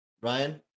Ryan